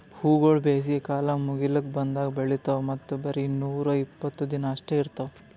ಹೂವುಗೊಳ್ ಬೇಸಿಗೆ ಕಾಲ ಮುಗಿಲುಕ್ ಬಂದಂಗ್ ಬೆಳಿತಾವ್ ಮತ್ತ ಬರೇ ನೂರಾ ಇಪ್ಪತ್ತು ದಿನ ಅಷ್ಟೆ ಇರ್ತಾವ್